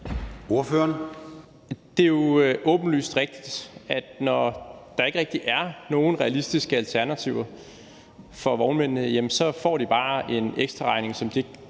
Det er jo åbenlyst rigtigt, at når der ikke rigtig er nogen realistiske alternativer for vognmændene, får de bare en ekstraregning, som de